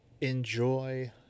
enjoy